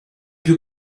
più